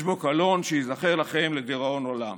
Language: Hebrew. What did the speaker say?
יש בו קלון שייזכר לכם לדיראון עולם.